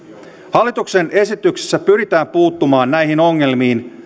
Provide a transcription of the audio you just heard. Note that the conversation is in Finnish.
hallituksen esityksessä pyritään puuttumaan näihin ongelmiin